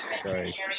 Sorry